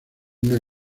una